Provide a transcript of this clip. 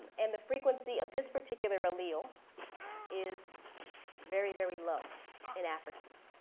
and the frequency of this particular allele is very, very low in africans.